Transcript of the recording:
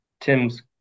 Tim's